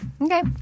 Okay